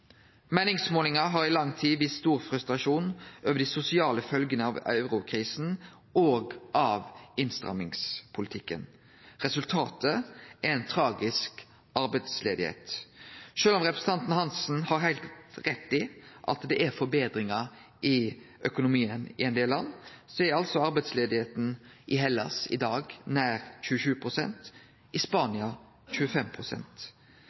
Meiningsmålingar har i lang tid vist stor frustrasjon over dei sosiale følgene av eurokrisa og av innstrammingspolitikken. Resultatet er ei tragisk arbeidsløyse. Sjølv om representanten Hansen har heilt rett i at det er forbetringar i økonomien i ein del land, er altså arbeidsløysa i Hellas i dag nær 27 pst. og i